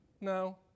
No